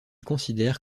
considère